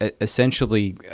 essentially